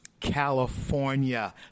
California